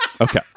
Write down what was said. Okay